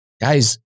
Guys